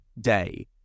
day